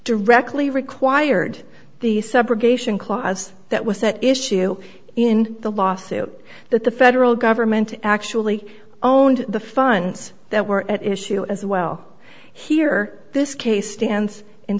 directly required the subrogation clause that was at issue in the lawsuit that the federal government actually own the funds that were at issue as well here this case stands in